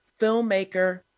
filmmaker